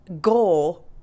goal